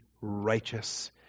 righteous